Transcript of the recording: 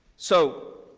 so,